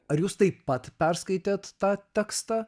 ar jūs taip pat perskaitėt tą tekstą